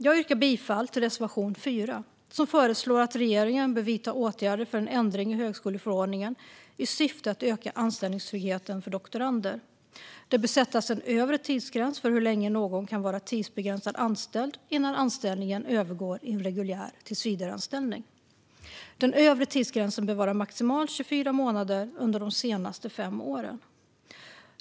Jag yrkar bifall till reservation 4 som föreslår att regeringen bör vidta åtgärder för en ändring i högskoleförordningen i syfte att öka anställningstryggheten för doktorander. Det bör sättas en övre tidsgräns för hur länge någon kan vara tidsbegränsat anställd innan anställningen övergår i en reguljär tillsvidareanställning. Den övre tidsgränsen bör vara maximalt 24 månader under de senaste 5 åren.